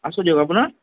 আছো দিয়ক আপোনাৰ